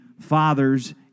Father's